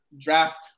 draft